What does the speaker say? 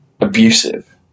abusive